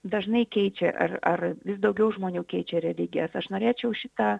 dažnai keičia ar ar vis daugiau žmonių keičia religijas aš norėčiau šitą